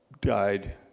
died